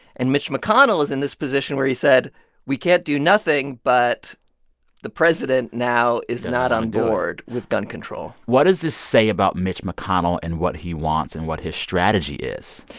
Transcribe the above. and mitch mcconnell is in this position where he said we can't do nothing but the president now is not on and board with gun control what does this say about mitch mcconnell and what he wants and what his strategy is?